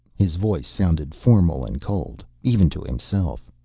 his voice sounded formal and cold, even to himself.